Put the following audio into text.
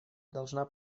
должна